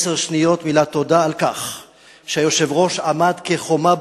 עשר שניות מילת תודה על כך שהיושב-ראש עמד כחומה